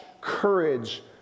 courage